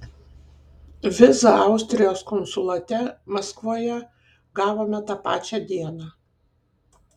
vizą austrijos konsulate maskvoje gavome tą pačią dieną